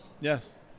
Yes